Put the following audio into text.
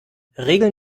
regeln